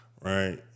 right